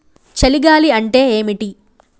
చలి గాలి అంటే ఏమిటి?